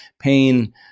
pain